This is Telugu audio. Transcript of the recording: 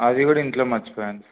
అది కూడా ఇంట్లో మర్చిపోయాను సార్